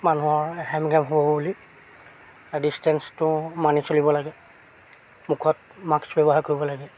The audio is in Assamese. মানুহৰ হেম গেম হ'ব বুলি ডিষ্টেঞ্চটো মানি চলিব লাগে মুখত মাক্স ব্যৱহাৰ কৰিব লাগে